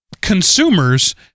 consumers